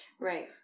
Right